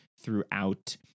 throughout